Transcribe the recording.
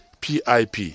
pip